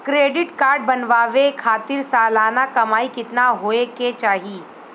Credit card बनवावे खातिर सालाना कमाई कितना होए के चाही?